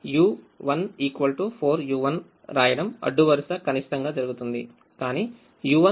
u14u1 రాయడం అడ్డు వరుస కనిష్టంగా జరుగుతుంది